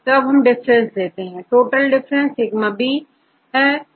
तो अब डिफरेंस लेते हैं टोटल डिफरेन्स σ होगा